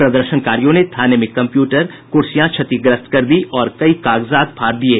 प्रदर्शनकारियों ने थाने में कम्प्यूटर कुर्सियां क्षतिग्रस्त कर दी और कई कागजात फाड़ दिये